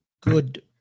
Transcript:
good